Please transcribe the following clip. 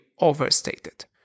overstated